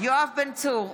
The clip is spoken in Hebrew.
יואב בן צור,